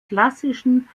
klassischen